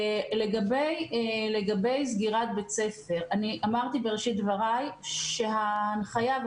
לגבי סגירת בית ספר - אמרתי בראשית דבריי שההנחייה,